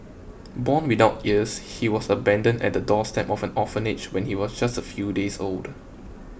born without ears he was abandoned at the doorstep of an orphanage when he was just a few days old